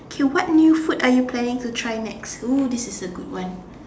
okay what new food are you planning to try next !woo! this is a good one